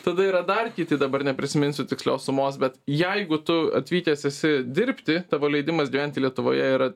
tada yra dar kiti dabar neprisiminsiu tikslios sumos bet jeigu tu atvykęs esi dirbti tavo leidimas gyventi lietuvoje yra